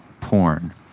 Porn